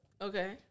Okay